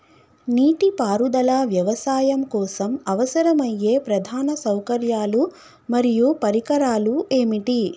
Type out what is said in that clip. నీటిపారుదల వ్యవసాయం కోసం అవసరమయ్యే ప్రధాన సౌకర్యాలు మరియు పరికరాలు ఏమిటి?